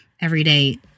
everyday